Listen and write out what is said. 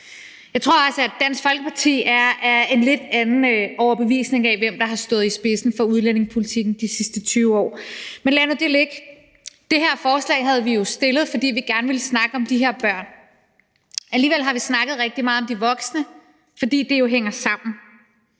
Jeg tror også, at Dansk Folkeparti er af en lidt anden overbevisning om, hvem der har stået i spidsen for udlændingepolitikken de sidste 20 år. Men lad nu det ligge. Det her forslag har vi jo stillet, fordi vi gerne ville snakke om de her børn. Alligevel har vi snakket rigtig meget om de voksne, for det er jo sådan,